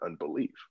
unbelief